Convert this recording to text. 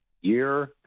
year